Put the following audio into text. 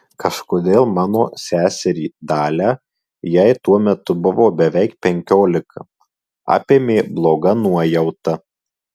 kažkodėl mano seserį dalią jai tuo metu buvo beveik penkiolika apėmė bloga nuojauta